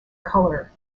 colour